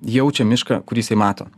jaučia mišką kurį jisai mato